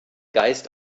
geist